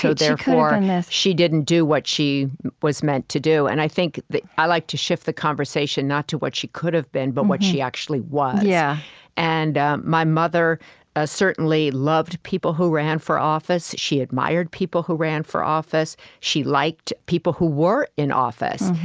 so therefore, and she didn't do what she was meant to do. and i think that i like to shift the conversation, not to what she could've been but what she actually was. yeah and my mother ah certainly loved people who ran for office she admired people who ran for office she liked people who were in office.